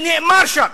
ונאמר שם